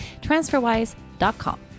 TransferWise.com